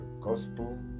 gospel